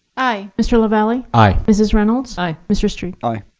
aye. mr. lavalley. aye. mrs. reynolds. aye. mr. strebe. aye.